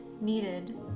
needed